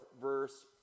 verse